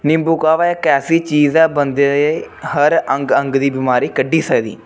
नींबू काह्वा इक ऐसी चीज़ ऐ बंदे दे हर अंग अंग दी बमारी कड्डी सकदी